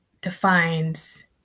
defines